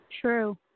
true